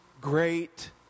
great